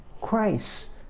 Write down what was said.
Christ